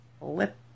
lip